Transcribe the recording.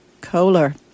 Kohler